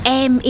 em